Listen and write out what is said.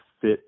fit